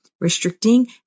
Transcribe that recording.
restricting